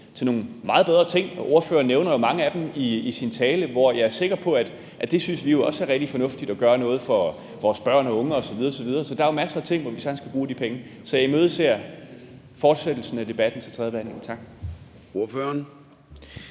til nogle meget bedre ting. Ordføreren nævner jo mange af dem i sin tale, og vi synes jo også, det er rigtig fornuftigt at gøre noget for vores børn og unge osv. osv. Så der er masser af ting, som vi sagtens kan bruge de penge på. Så jeg imødeser fortsættelsen af debatten ved